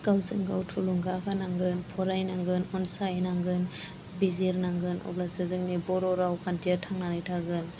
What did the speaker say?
गावजों गाव थुलुंगा होनांगोन फरायनांगोन अनसायनांगोन बिजिरनांगोन अब्लासो जोंनि बर' रावखान्थिया थांनानै थागोन